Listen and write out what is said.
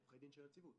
עורכי דין של נציבות